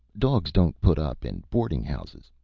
dog's don't put up in boarding-houses.